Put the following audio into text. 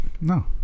No